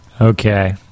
Okay